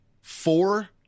four